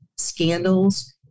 scandals